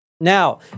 Now